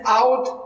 out